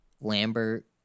Lambert